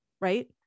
right